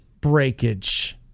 breakage